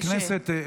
חברי הכנסת,